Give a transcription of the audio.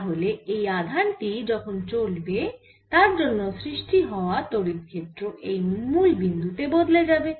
তাহলে এই আধান টি যখন চলবে তার জন্য সৃষ্টি হওয়া তড়িৎ ক্ষেত্র এই মুল বিন্দু তে বদলে যাবে